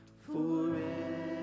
forever